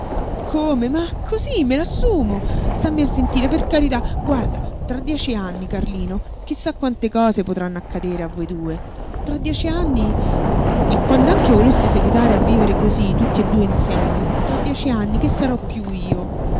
come ma cosí me l'assumo stammi a sentire per carità guarda tra dieci anni carlino chi sa quante cose potranno accadere a voi due tra dieci anni e quand'anche voleste seguitare a vivere cosí tutti e due insieme tra dieci anni che sarò piú io